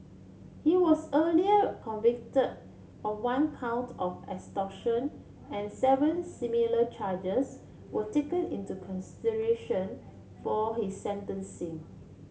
he was earlier convicted of one count of extortion and seven similar charges were taken into consideration for his sentencing